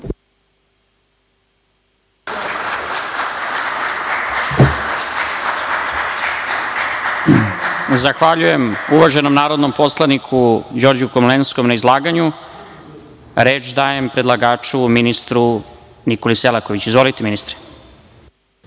Zahvaljujem, uvaženom narodnom poslaniku Đorđu Komlenskom na izlaganju. Reč dajem predlagaču, ministru Nikoli Selakoviću. Izvolite.